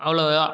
அவ்ளவுதான்